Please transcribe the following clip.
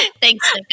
Thanks